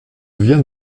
viens